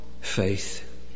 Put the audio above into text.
faith